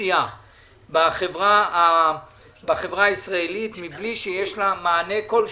אוכלוסייה בחברה הישראלית מבלי שיש מענה כלשהו,